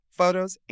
photos